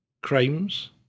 crimes